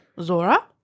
Zora